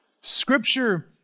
Scripture